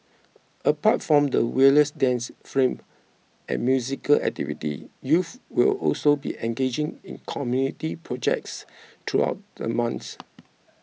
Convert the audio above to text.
apart from the various dance film and musical activities youths will also be engaging in community projects throughout the month